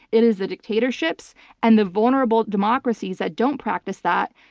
it is the dictatorships and the vulnerable democracies that don't practice that,